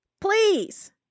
Please